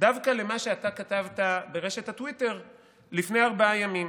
דווקא למה שאתה כתבת ברשת הטוויטר לפני ארבעה ימים.